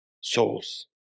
souls